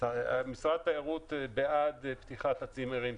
משרד התיירות בעד פתיחת הצימרים.